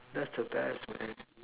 that the best man